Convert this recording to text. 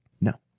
No